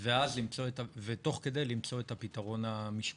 ותוך כדי למצוא את הפתרון המשפטי.